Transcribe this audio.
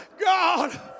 God